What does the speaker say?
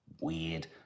weird